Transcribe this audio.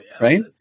right